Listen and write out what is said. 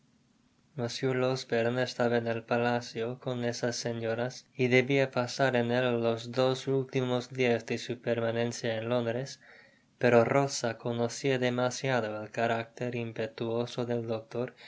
mr losberne estaba en el palacio con esas señoras y debia pasar en él los dos ultimos dias de su permanencia en londres pero rosa conocia demasiado el carácter impetuoso del doctoi y